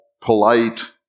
polite